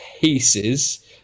pieces